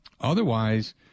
Otherwise